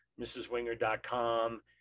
MrsWinger.com